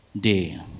day